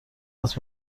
است